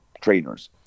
trainers